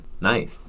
Nice